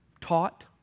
taught